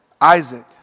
Isaac